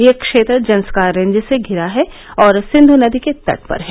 यह क्षेत्र जन्सकार रेज से घिरा है और सिन्धु नदी के तट पर है